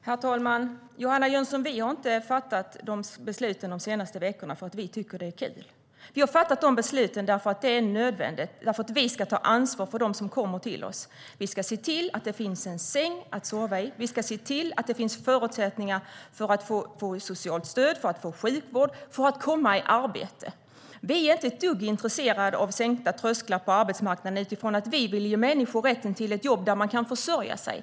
Herr talman! Vi har inte fattat de här besluten de senaste veckorna för att vi tycker att det är kul, Johanna Jönsson. Vi har fattat besluten för att det är nödvändigt för att vi ska ta ansvar för dem som kommer till oss. Vi ska se till att det finns en säng att sova i, och vi ska se till att det finns förutsättningar för att få socialt stöd, för att få sjukvård och för att komma i arbete. Vi är inte ett dugg intresserade av sänkta trösklar på arbetsmarknaden utifrån att vi vill ge människor rätten till ett jobb där man kan försörja sig.